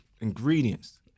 ingredients